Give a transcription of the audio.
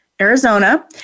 Arizona